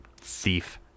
thief